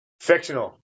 Fictional